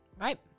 Right